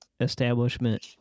establishment